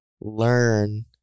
learn